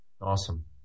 Awesome